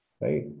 right